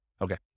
Okay